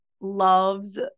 loves